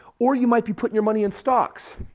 or you might be putting your money in stocks.